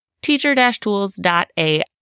teacher-tools.ai